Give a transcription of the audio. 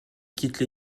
quittent